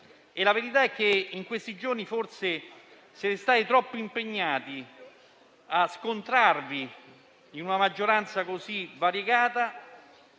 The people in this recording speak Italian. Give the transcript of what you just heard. La verità è che in questi giorni forse siete stati troppo impegnati a scontrarvi in una maggioranza così variegata,